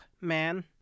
man